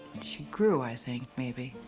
she grew i think, maybe,